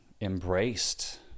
embraced